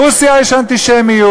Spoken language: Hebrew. ברוסיה יש אנטישמיות,